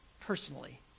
personally